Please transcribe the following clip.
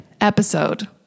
episode